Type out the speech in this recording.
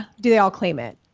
do they all claim it?